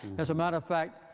as a matter of fact,